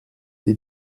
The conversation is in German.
die